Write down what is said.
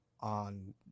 on